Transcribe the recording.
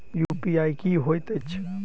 UPI की होइत अछि